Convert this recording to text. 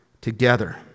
together